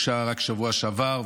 שהוגשה רק בשבוע שעבר,